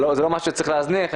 זה לא משהו שצריך להזניח.